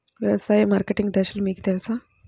వ్యవసాయ మార్కెటింగ్ దశలు మీకు తెలుసా?